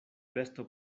besto